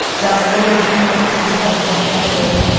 that i later turned into something called wine library,